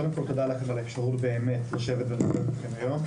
תודה לכם על האפשרות באמת לשבת ולדבר איתכם היום.